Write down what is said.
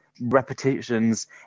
repetitions